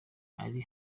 ari